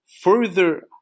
further